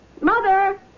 Mother